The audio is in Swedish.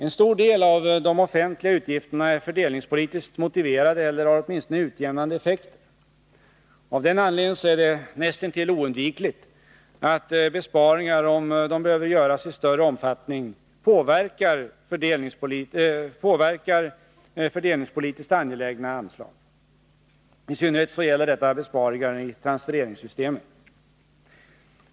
En stor del av de offentliga utgifterna är fördelningspolitiskt motiverade eller har åtminstone utjämnande effekter. Av den anledningen är det näst intill oundvikligt att besparingar, om de behöver göras i större omfattning, påverkar fördelningspolitiskt angelägna anslag. I synnerhet gäller detta besparingar i transfereringssystemen.